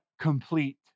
complete